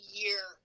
year